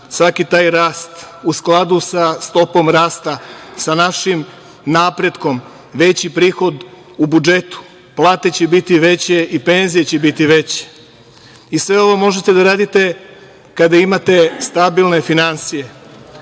svaki taj rast, u skladu sa stopom rasta, sa našim napretkom, veći prihod u budžetu. Plate će biti veće i penzije će biti veće. Sve ovo možete da radite kada imate stabilne finansije.